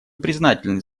признательны